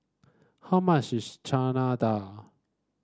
how much is Chana Dal